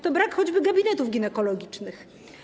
To brak choćby gabinetów ginekologicznych.